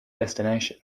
destination